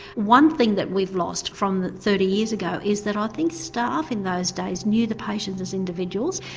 one thing that we've lost from thirty years ago is that i think staff in those days knew the patients as individuals.